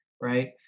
right